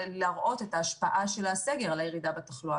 להראות את ההשפעה של הסגר על הירידה בתחלואה.